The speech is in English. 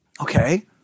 Okay